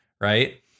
Right